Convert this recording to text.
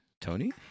Tony